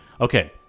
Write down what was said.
Okay